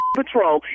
patrol